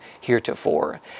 heretofore